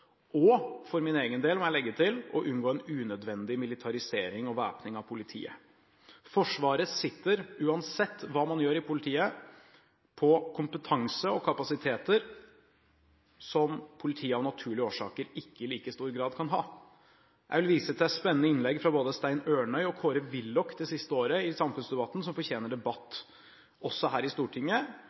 og for min egen del må jeg legge til: å unngå unødvendig militarisering og væpning av Politiet. Forsvaret sitter på – uansett hva man gjør i politiet – kompetanse og kapasiteter som politiet av naturlige årsaker ikke i like stor grad kan ha. Jeg vil vise til spennende innlegg fra både Stein Ørnhøi og Kåre Willoch det siste året i samfunnsdebatten som fortjener debatt – også her i Stortinget.